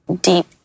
deep